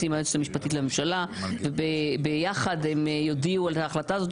עם היועצת המשפטית לממשלה וביחד הם יודיעו על ההחלטה הזאת,